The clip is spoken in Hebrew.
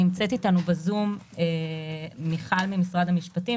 נמצאת אתנו בזום מיכל רשף ממשרד המשפטים